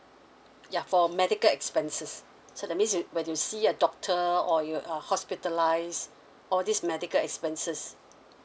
ya for medical expenses so that means you when you see a doctor or you are hospitalised all these medical expenses